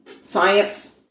science